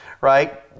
right